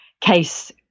case